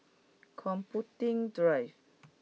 computing drive